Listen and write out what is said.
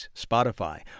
Spotify